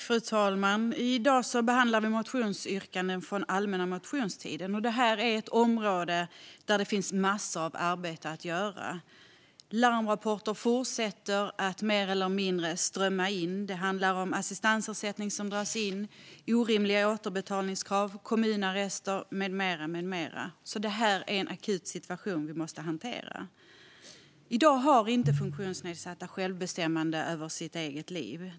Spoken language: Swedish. Fru talman! I dag behandlar vi motionsyrkanden från allmänna motionstiden. Det här är ett område där det finns massor av arbete att göra. Larmrapporter fortsätter att strömma in. Det handlar om assistansersättning som dras in, orimliga återbetalningskrav, kommunarrester med mera. Det är en akut situation som vi måste hantera. I dag har funktionsnedsatta inte självbestämmande över sitt liv.